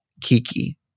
Kiki